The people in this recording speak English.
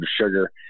sugar